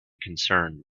concerned